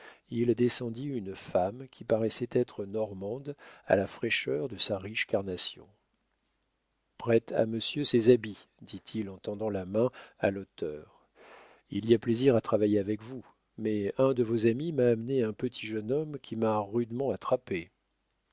il descendit une femme qui paraissait être normande à la fraîcheur de sa riche carnation prête à monsieur ses habits dit-il en tendant la main à l'auteur il y a plaisir à travailler avec vous mais un de vos amis m'a amené un petit jeune homme qui m'a rudement attrapé